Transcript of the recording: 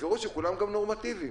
תזכרו שכולם גם נורמטיביים.